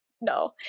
no